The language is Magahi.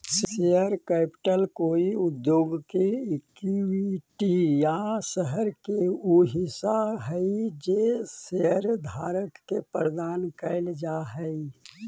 शेयर कैपिटल कोई उद्योग के इक्विटी या शहर के उ हिस्सा हई जे शेयरधारक के प्रदान कैल जा हई